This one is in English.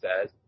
says